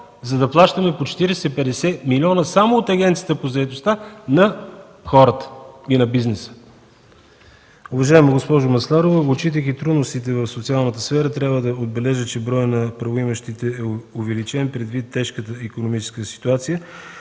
за да плащаме по 40-50 милиона само от Агенцията по заетостта на хората и на бизнеса.